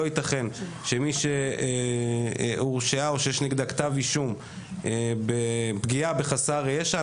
לא ייתכן שמי שהורשעה או שיש נגדה כתב אישום בפגיעה בחסר ישע,